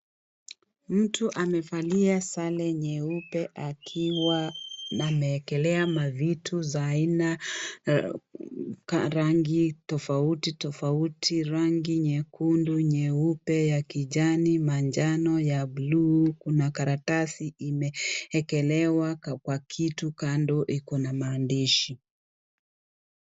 Mtu amevalia sare nyeupe akiwa amewekelea mavitu za aina, rangi tofauti tofauti, rangi nyekundu, nyeupe, ya kijani, manjano ya buluu, kuna karatasi imewekelewa kwa kitu kando kuna maandishi.